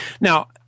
Now